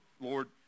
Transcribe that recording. Lord